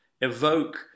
evoke